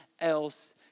else